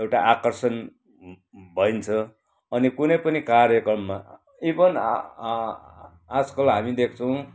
एउटा आकर्षण भइन्छ अनि कुनै पनि कार्यक्रममा इभन आजकल हामी देख्छौँ